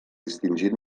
distingí